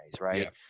right